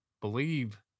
believe